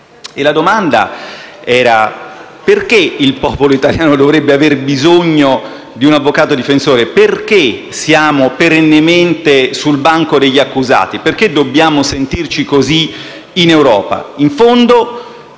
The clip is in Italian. E la domanda era: perché il popolo italiano dovrebbe aver bisogno di un avvocato difensore? Perché siamo perennemente sul banco degli accusati? Perché dobbiamo sentirci così in Europa?